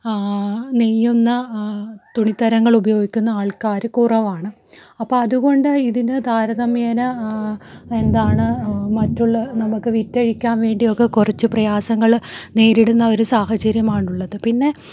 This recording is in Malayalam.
നെയ്യുന്ന തുണിത്തരങ്ങൾ ഉപയോഗിക്കുന്ന ആൾക്കാർ കുറവാണ് അപ്പോൾ അതുകൊണ്ട് ഇതിന് താരതമ്യേന എന്താണ് മറ്റുള്ള നമുക്ക് വിറ്റഴിക്കാൻ വേണ്ടിയൊക്കെ കുറച്ച് പ്രയാസങ്ങൾ നേരിടുന്ന ഒരു സാഹചര്യമാണുള്ളത് പിന്നെ